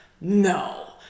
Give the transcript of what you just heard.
no